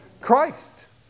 Christ